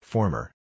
Former